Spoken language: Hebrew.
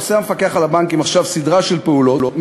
עושה המפקח על הבנקים עכשיו סדרה של פעולות,